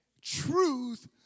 truth